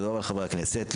תודה רבה לחברי הכנסת,